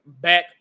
back